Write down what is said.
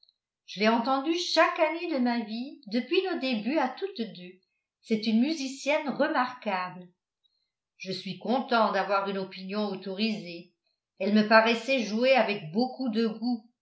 je l'ai entendue chaque année de ma vie depuis nos débuts à toutes deux c'est une musicienne remarquable je suis content d'avoir une opinion autorisée elle me paraissait jouer avec beaucoup de goût